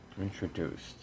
Introduced